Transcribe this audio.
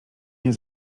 nie